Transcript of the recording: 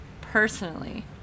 personally